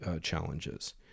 challenges